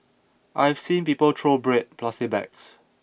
I've seen people throw bread plastic bags